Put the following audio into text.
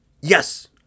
yes